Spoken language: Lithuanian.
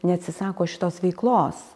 neatsisako šitos veiklos